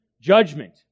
judgment